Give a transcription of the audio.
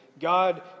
God